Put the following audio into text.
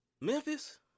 Memphis